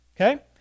okay